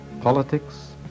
politics